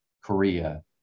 Korea